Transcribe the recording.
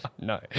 No